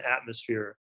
atmosphere